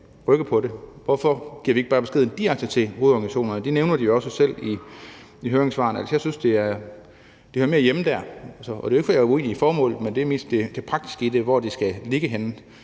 rykke på det? Hvorfor giver vi ikke bare beskeden direkte til hovedorganisationerne? Det nævner de jo også selv i høringssvarene. Jeg synes, at det mere hører hjemme der. Det er jo ikke, fordi jeg er uenig i formålet, men det er mest det praktiske i det, altså hvor det skal ligge henne.